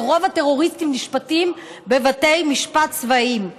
ורוב הטרוריסטים נשפטים בבתי משפט צבאיים,